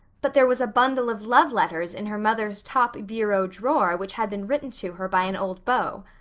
but there was bundle of love letters in her mother's top bureau drawer which had been written to her by an old beau.